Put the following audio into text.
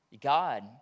God